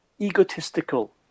egotistical